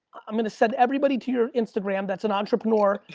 i'm gonna send everybody to your instagram that's an entrepreneur.